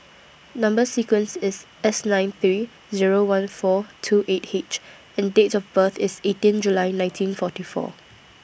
Number sequence IS S nine three Zero one four two eight H and Date of birth IS eighteen July nineteen forty four